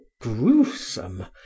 gruesome